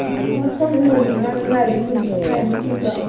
ꯎꯝ ꯑꯣ ꯁꯣꯝ ꯏꯃꯣꯏꯅꯨ ꯉꯔꯥꯡ ꯅꯨꯡꯉꯥꯏꯕꯤꯈꯤꯕ꯭ꯔꯣ